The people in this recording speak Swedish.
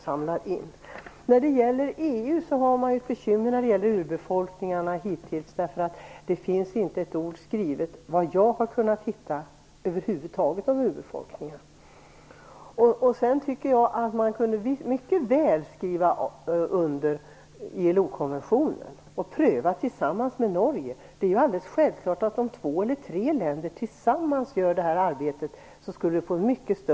Frågan vilken ståndpunkt EU har intagit när det gäller urbefolkningarna har det hittills varit bekymmersamt att svara på. Jag har inte kunnat finna att det finns ett enda ord skrivet om urbefolkningarna över huvud taget. Jag tycker att man mycket väl kunde skriva under ILO-konventionen och pröva frågan tillsammans med Norge. Det är ju självklart att det här arbetet skulle få mycket större effekt om två eller tre länder gjorde det tillsammans.